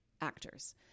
actors